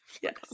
Yes